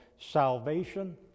salvation